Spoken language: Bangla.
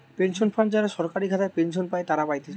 পেনশন ফান্ড যারা সরকারি খাতায় পেনশন পাই তারা পাতিছে